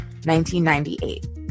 1998